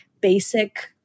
basic